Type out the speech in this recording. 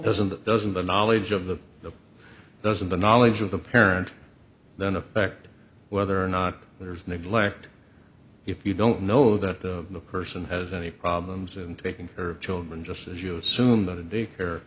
doesn't that doesn't the knowledge of the doesn't the knowledge of the parent then affect whether or not there is neglect if you don't know that the person has any problems and treating her children just as you assume the daycare